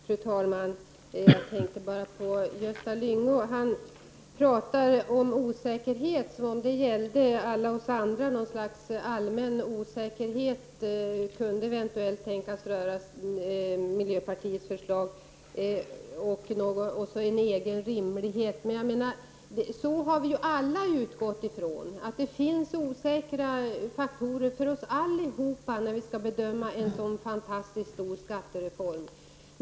Fru talman! Gösta Lyngå pratar om osäkerhet som om den gällde alla oss andra. Något slags allmän osäkerhet kunde eventuellt tänkas röra miljöpartiets förslag och dess rimlighet. Men vi har alla utgått ifrån att det finns osäkra faktorer, för oss allihop, när vi skall bedöma en sådan här fantastiskt stor skattereform.